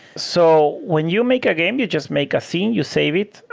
so when you make a game, you just make a scene. you save it.